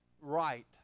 right